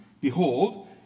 Behold